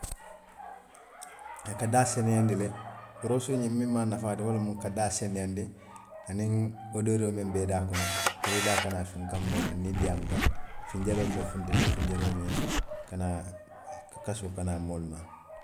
A ka daa seneyaandi le, poroosoo ñiŋ miŋ maa a nafaa ti wo loŋ ka daa seneyaandi aniŋ odooroo muŋ be i daa kono, puru i daa kanaa sunkaŋ moolu ye niŋ i diyaamuta, finjaloo miŋ be funti la wo finjaloo ñiŋ kana kasoo kanaa moolu maa